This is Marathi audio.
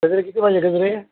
गजरे किती पाहिजे गजरे